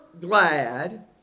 glad